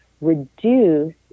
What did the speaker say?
reduce